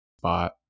spot